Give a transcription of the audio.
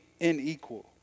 unequal